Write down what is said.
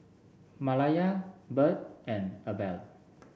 Malaya Bird and Abel